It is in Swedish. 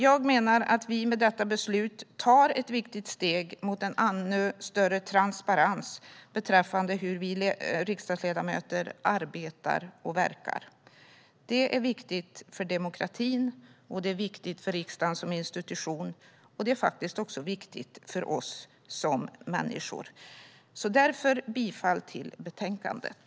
Jag menar att vi med detta beslut tar ett viktigt steg mot en ännu större transparens beträffande hur vi riksdagsledamöter arbetar och verkar. Det är viktigt för demokratin. Det är viktigt för riksdagen som institution. Det är faktiskt också viktigt för oss som människor. Därför yrkar jag bifall till förslaget i betänkandet.